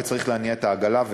וצריך להניע את העגלה,